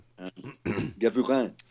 Gavurin